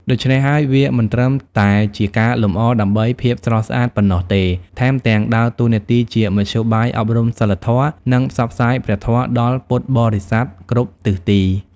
ដូច្នេះហើយ វាមិនត្រឹមតែជាការលម្អដើម្បីភាពស្រស់ស្អាតប៉ុណ្ណោះទេ ថែមទាំងដើរតួនាទីជាមធ្យោបាយអប់រំសីលធម៌ និងផ្សព្វផ្សាយព្រះធម៌ដល់ពុទ្ធបរិស័ទគ្រប់ទិសទី។